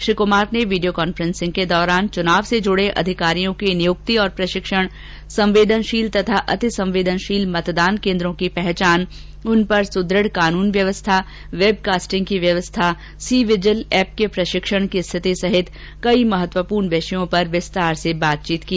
श्री कुमार ने video conferencing के दौरान चुनाव से जुड़े अधिकारियों की नियुक्ति और प्रशिक्षण संवेदनशील तथा अतिसंवेदनशील मतदान केन्द्रों की पहचान उन पर सुदृढ़ कानून व्यवस्था वेबकास्टिंग की व्यवस्था सी विजल एप के प्रशिक्षण की स्थिति सहित कई महत्वपूर्ण विषयों पर विस्तार से बातचीत की